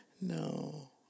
No